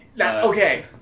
Okay